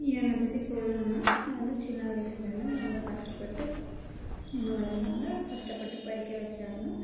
என்ன பற்றி சொல்லணுன்னா நான் வந்து சின்ன வயசுலேருந்து நான் ரொம்ப கஷ்டப்பட்டு என்ன வளர்த்தாங்க கஷ்டப்பட்டு படிக்க வச்சாங்க